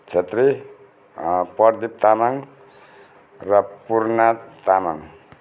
छेत्री प्रदीप तामाङ र पूर्ण तामाङ